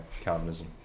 Calvinism